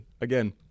again